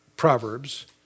Proverbs